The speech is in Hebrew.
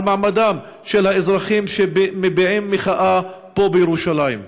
מעמדם של האזרחים שמביעים מחאה פה בירושלים.